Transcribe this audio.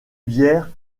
bière